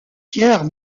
pierre